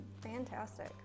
fantastic